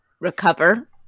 recover